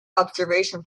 observation